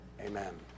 Amen